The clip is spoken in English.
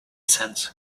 sense